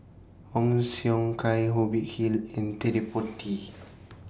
Ong Siong Kai Hubert Hill and Ted De Ponti